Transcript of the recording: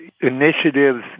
initiatives